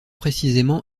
précisément